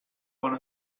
bon